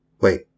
Wait